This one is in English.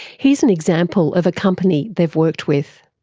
here's an example of a company they've worked with.